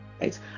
right